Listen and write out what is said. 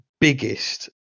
biggest